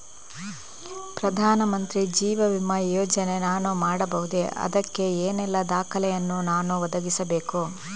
ಪ್ರಧಾನ ಮಂತ್ರಿ ಜೀವ ವಿಮೆ ಯೋಜನೆ ನಾನು ಮಾಡಬಹುದೇ, ಅದಕ್ಕೆ ಏನೆಲ್ಲ ದಾಖಲೆ ಯನ್ನು ನಾನು ಒದಗಿಸಬೇಕು?